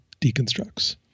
deconstructs